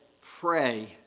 pray